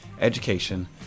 education